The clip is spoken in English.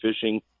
fishing